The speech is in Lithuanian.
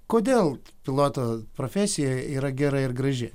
kodėl piloto profesija yra gera ir graži